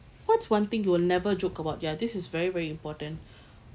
what's one thing you will never joke about ya this is very very important